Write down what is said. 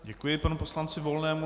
Děkuji panu poslanci Volnému.